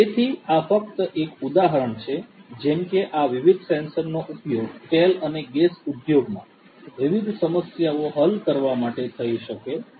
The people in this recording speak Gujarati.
તેથી આ ફક્ત એક ઉદાહરણ છે જેમ કે આ વિવિધ સેન્સરનો ઉપયોગ તેલ અને ગેસ ઉદ્યોગમાં વિવિધ સમસ્યાઓ હલ કરવા માટે થઈ શકે છે